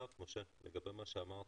לגבי מה שאמר משה,